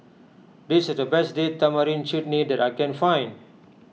this is the best Date Tamarind Chutney that I can find